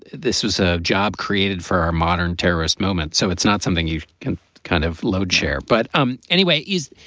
this was a job created for our modern terrorist moment. so it's not something you can kind of load share. but um anyway, it is.